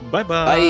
Bye-bye